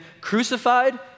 crucified